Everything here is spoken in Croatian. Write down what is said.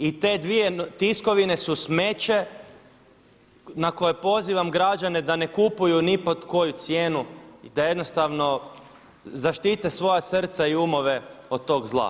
I te dvije tiskovine su smeće na koje pozivam građane da ne kupuju ni pod koju cijenu i da jednostavno zaštite svoja srca i umove od tog zla.